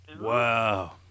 Wow